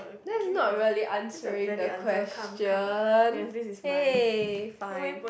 that's not really answering the question !hey! fine